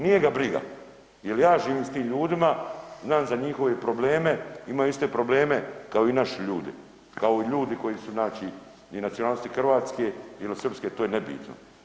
Nije ga briga, jel ja živim s tim ljudima znam za njihove probleme, imaju iste probleme kao i naši ljudi, kao i ljudi koji su znači il nacionalnosti hrvatske il srpske to je nebitno.